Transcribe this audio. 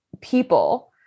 people